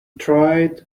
tried